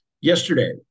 yesterday